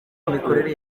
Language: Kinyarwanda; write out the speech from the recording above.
imikorere